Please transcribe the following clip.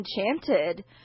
Enchanted